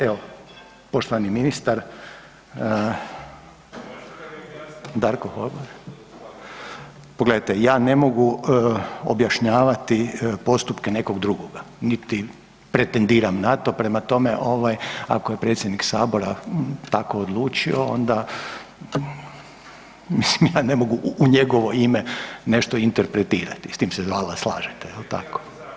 Evo poštovani ministar Darko Horvat. … [[Upadica iz klupe se ne razumije]] Pogledajte, ja ne mogu objašnjavati postupke nekog drugoga, niti pretendiram na to, prema tome ovaj ako je predsjednik sabora tako odlučio onda, mislim ja ne mogu u njegovo ime nešto interpretirati i s tim se valda slažete, jel tako.